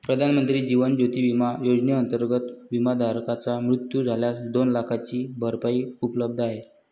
प्रधानमंत्री जीवन ज्योती विमा योजनेअंतर्गत, विमाधारकाचा मृत्यू झाल्यास दोन लाखांची भरपाई उपलब्ध आहे